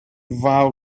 vow